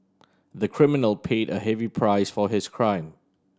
the criminal paid a heavy price for his crime